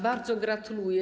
Bardzo gratuluję.